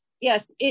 yes